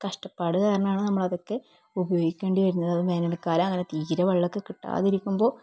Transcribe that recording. കഷ്ട്ടപ്പാട് കാരണമാണ് നമ്മളതൊക്കെ ഉപയോഗിക്കേണ്ടി വരുന്നത് അത് വേനൽക്കാലം അങ്ങനെ തീരെ വെള്ളമൊക്കെ കിട്ടാതിരിക്കുമ്പോൾ